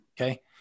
Okay